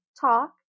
talk